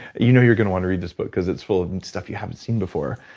you know you're gonna want to read this book cause it's full of stuff you haven't seen before,